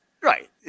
Right